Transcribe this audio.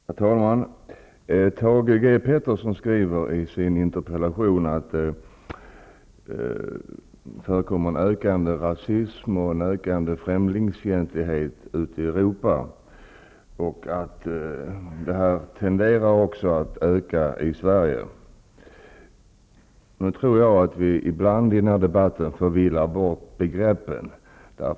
Herr talman! Thage G Peterson skriver i sin interpellation att det förekommer en ökande rasism och en ökande främlingsfientlighet ute i Europa och att de också tenderar att öka i Sverige. Jag tror att vi ibland förvillar bort begreppen i den här debatten.